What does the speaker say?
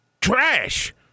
Trash